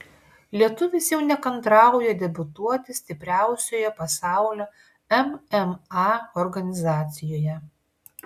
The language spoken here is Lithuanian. lietuvis jau nekantrauja debiutuoti stipriausioje pasaulio mma organizacijoje